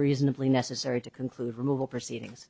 reasonably necessary to conclude removal proceedings